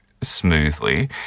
smoothly